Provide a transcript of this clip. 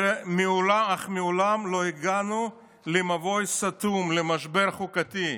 אך מעולם לא הגענו למבוי סתום, למשבר חוקתי.